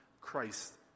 Christ